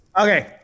Okay